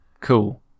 Cool